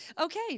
Okay